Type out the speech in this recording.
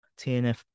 TNF